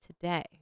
today